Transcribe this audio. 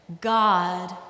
God